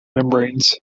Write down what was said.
membranes